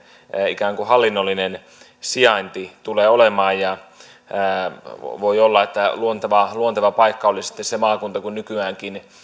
ikään kuin hallinnollinen sijainti tulee olemaan voi olla että luonteva luonteva paikka olisi sitten se maakunta kun nykyäänkin